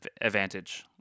advantage